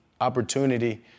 opportunity